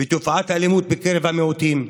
ותופעת האלימות בקרב המיעוטים,